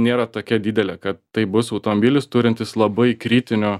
nėra tokia didelė kad tai bus autombilis turintis labai kritinių